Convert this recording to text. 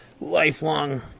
lifelong